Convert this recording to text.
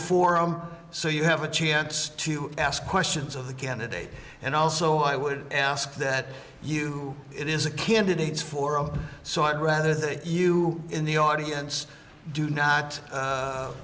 forum so you have a chance to ask questions of the get a date and also i would ask that you it is a candidate's forum so i'd rather that you in the audience do not